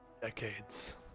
Decades